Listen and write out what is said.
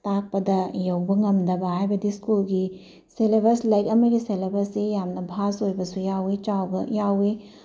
ꯇꯥꯛꯄꯗ ꯌꯧꯕ ꯉꯝꯗꯕ ꯍꯥꯏꯕꯗꯤ ꯁ꯭ꯀꯨꯜꯒꯤ ꯁꯦꯂꯦꯕꯁ ꯂꯥꯏꯔꯤꯛ ꯑꯃꯒꯤ ꯁꯦꯂꯦꯕꯁ ꯁꯦ ꯌꯥꯝꯅ ꯕꯥꯁꯠ ꯑꯣꯏꯕꯁꯨ ꯌꯥꯎꯏ ꯆꯥꯎꯕ ꯌꯥꯎꯏ